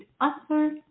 author